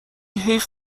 حیف